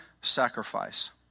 sacrifice